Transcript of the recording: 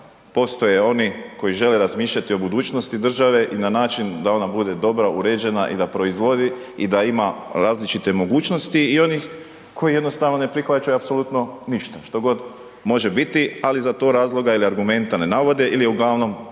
postoje oni koji žele razmišljati o budućnosti države i na način da ona bude dobra, uređena i da proizvodi i da ima različite mogućnosti i onih koji jednostavno ne prihvaćaju apsolutno ništa, što god može biti, ali za to razloga ili argumenta ne navode ili uglavnom navode